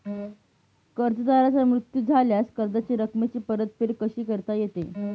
कर्जदाराचा मृत्यू झाल्यास कर्जाच्या रकमेची परतफेड कशी करता येते?